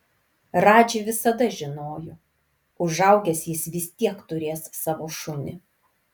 radži visada žinojo užaugęs jis vis tiek turės savo šunį